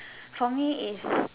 for me is